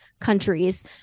countries